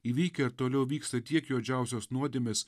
įvykę ir toliau vyksta tiek juodžiausios nuodėmės